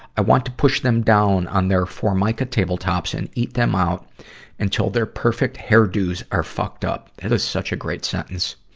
i want to push them down on their formica tabletops and eat them out until their perfect hairdos are fucked up. that is such a great sentence.